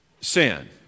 sin